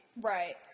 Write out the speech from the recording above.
Right